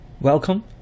Welcome